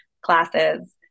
classes